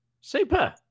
Super